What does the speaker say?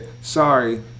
sorry